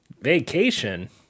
Vacation